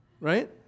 right